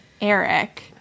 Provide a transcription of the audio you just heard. Eric